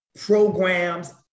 programs